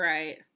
Right